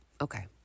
Okay